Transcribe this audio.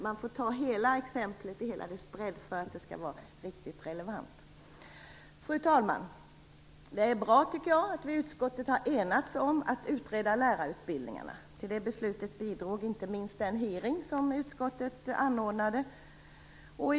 Man får ta hela exemplet i hela dess bredd för att det skall vara riktigt relevant. Fru talman! Det är bra att vi i utskottet har enats om att utreda lärarutbildningarna. Till det bidrog inte minst den utfrågning som utskottet anordnade.